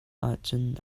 ahcun